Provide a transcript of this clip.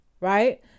right